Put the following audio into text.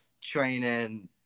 training